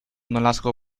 nolasco